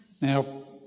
Now